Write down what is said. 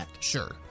Sure